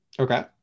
Okay